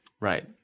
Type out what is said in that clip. Right